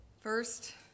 First